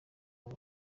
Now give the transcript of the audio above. abo